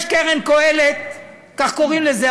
יש "קרן קהלת" כך קוראים לזה,